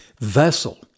vessel